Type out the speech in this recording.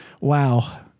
wow